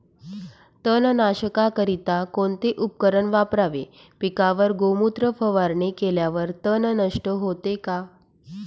तणनाशकाकरिता कोणते उपकरण वापरावे? पिकावर गोमूत्र फवारणी केल्यावर तण नष्ट होते का?